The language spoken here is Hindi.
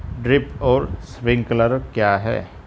ड्रिप और स्प्रिंकलर क्या हैं?